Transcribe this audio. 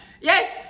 yes